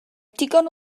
digon